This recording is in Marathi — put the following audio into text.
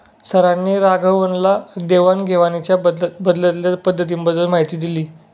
सरांनी राघवनला देवाण घेवाणीच्या बदलत्या पद्धतींबद्दल माहिती दिली